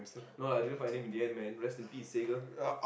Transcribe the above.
no lah didn't find him in the end man rest in peace Sega